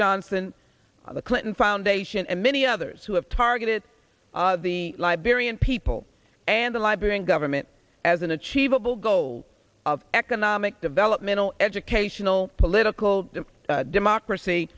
johnson the clinton foundation and many others who have targeted of the liberian people and the liberian government as an achievable goal of economic develop middle educational political democracy